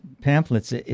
pamphlets